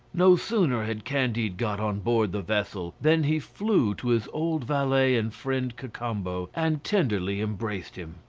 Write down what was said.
no sooner had candide got on board the vessel than he flew to his old valet and friend cacambo, and tenderly embraced him.